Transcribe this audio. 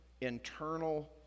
internal